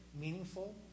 meaningful